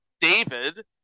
David